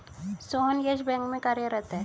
Sohan Yes Bank में कार्यरत है